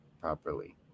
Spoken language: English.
properly